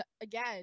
again